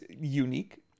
unique